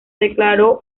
declaró